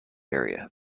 area